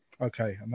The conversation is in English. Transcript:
Okay